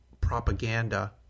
propaganda